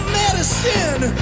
medicine